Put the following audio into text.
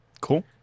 Cool